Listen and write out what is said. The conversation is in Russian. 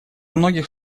многих